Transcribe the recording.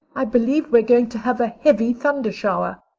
i believe we're going to have a heavy thunder-shower,